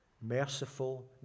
Merciful